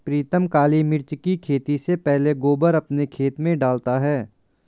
प्रीतम काली मिर्च की खेती से पहले गोबर अपने खेत में डालता है